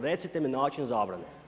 Recite mi način zabrane.